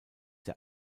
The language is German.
der